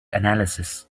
analysis